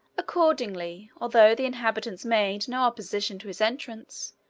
accordingly, although the inhabitants made no opposition to his entrance,